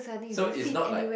so is not like